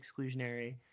exclusionary